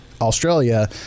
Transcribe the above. Australia